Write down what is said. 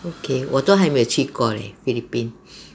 okay 我都还没去过 leh philippines